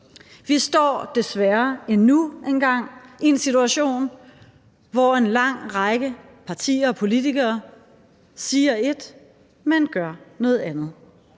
Vi står desværre endnu en gang i en situation, hvor en lang række partier og politikere siger ét, men gør noget andet.